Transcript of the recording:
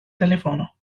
telefono